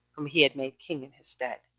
whom he had made king in his stead